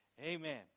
Amen